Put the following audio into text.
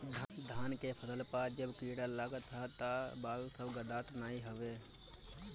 धान के फसल पअ जब कीड़ा लागत हवे तअ बाल सब गदात नाइ हवे